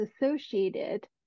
associated